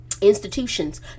institutions